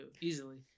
easily